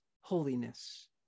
holiness